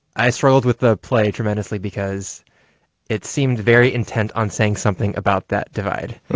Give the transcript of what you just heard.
i struggled with the play tremendously because it seemed very intent on saying something about that divide,